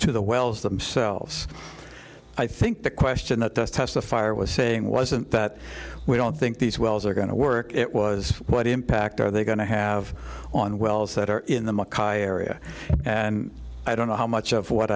to the wells themselves i think the question that the testifier was saying wasn't that we don't think these wells are going to work it was what impact are they going to have on wells that are in the area and i don't know how much of what